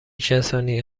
کسانی